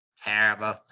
Terrible